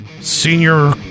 Senior